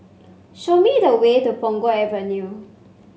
show me the way to Punggol Avenue